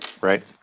right